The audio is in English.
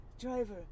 driver